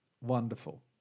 wonderful